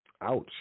Ouch